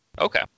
Okay